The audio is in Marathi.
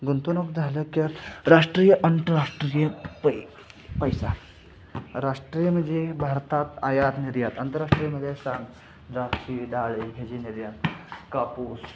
गुंतवणूक झाले की राष्ट्रीय आंतरराष्ट्रीय पै पैसा राष्ट्रीय म्हणजे भारतात आयात निर्यात आंतरराष्ट्रीय म्हणजे सांग द्राक्षे डाळी ह्याची निर्यात कापूस